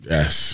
Yes